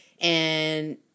and-